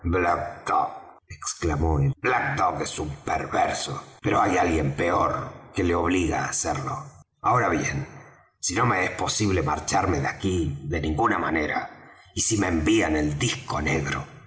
exclamó él black dog es un perverso pero hay alguien peor que lo obliga á serlo ahora bien si no me es posible marcharme de aquí de ninguna manera y si me envían el disco negro